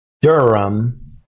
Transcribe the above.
Durham